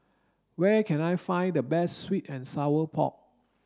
where can I find the best sweet and sour pork